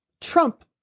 Trump